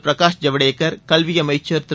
பிரகாஷ்ஜவடேகர் கல்வி அமைச்சர் திரு